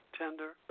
tender